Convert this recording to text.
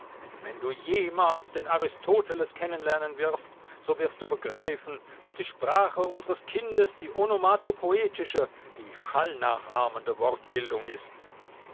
wenn du jemals den aristoteles kennenlernen wirst so wirst du begreifen daß die sprache unseres kindes die onomato poetische die schallnachahmende wortbildung ist